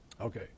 Okay